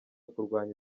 kurwanya